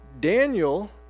Daniel